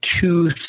two